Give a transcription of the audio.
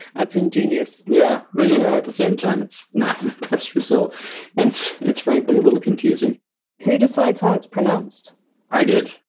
that's ingenious. yeah, but you know at the same time it's not the best result it's it's frankly a little confusing who decides how it's pronounced i did.